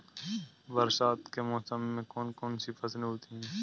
बरसात के मौसम में कौन कौन सी फसलें होती हैं?